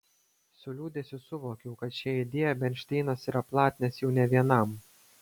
su liūdesiu suvokiau kad šią idėją bernšteinas yra platinęs jau ne vienam